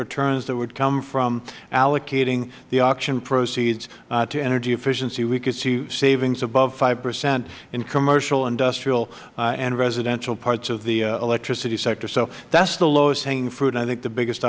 returns that would come from allocating the auction proceeds to energy efficiency we could see savings above five percent in commercial industrial and residential parts of the electricity sector so that's the lowest hanging fruit and i think the biggest